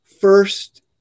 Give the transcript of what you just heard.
First